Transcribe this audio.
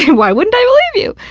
why wouldn't i believe you?